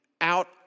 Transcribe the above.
out